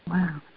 Wow